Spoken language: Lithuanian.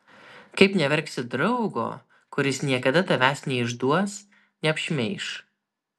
kaip neverksi draugo kuris niekada tavęs neišduos neapšmeiš